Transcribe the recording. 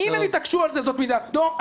אם הם יתעקשו על זה זו מיטת סדום.